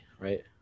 right